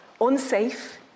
unsafe